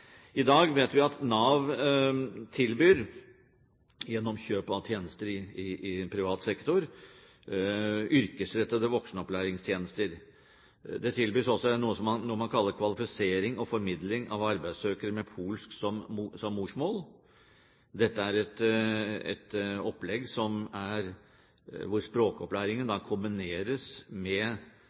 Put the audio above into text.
I dag vet vi at Nav gjennom kjøp av tjenester i privat sektor tilbyr yrkesrettede voksenopplæringstjenester. Det tilbys også noe man kaller Kvalifisering og formidling av arbeidssøkere med polsk som morsmål. Dette er et opplegg hvor språkopplæringen kombineres med praksis i arbeidslivet, og hvor språkopplæringen